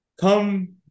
come